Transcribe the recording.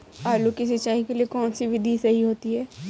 आलू की सिंचाई के लिए कौन सी विधि सही होती है?